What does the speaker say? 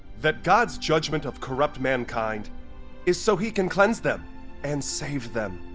that god's judgment of corrupt mankind is so he can cleanse them and save them,